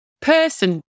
person